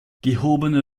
gehobene